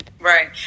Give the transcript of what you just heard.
Right